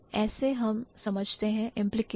तो ऐसे हम समझते हैं implicational universals